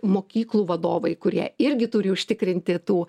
mokyklų vadovai kurie irgi turi užtikrinti tų